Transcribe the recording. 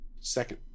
second